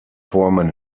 vormen